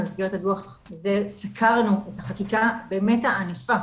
במסגרת הדוח סקרנו את החקיקה באמת הענפה